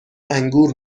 انگور